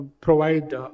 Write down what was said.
provide